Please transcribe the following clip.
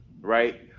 Right